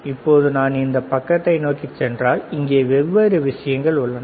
இப்போது நான் இந்த பக்கத்தை நோக்கிச் சென்றால் இங்கே வெவ்வேறு விஷயங்கள் உள்ளன